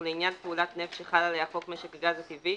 ולעניין פעולת נפט שחל עליה חוק משק הגז הטבעי,